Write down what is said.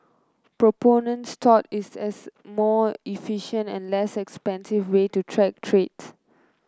proponents tout it as a more efficient and less expensive way to track trades